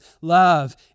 love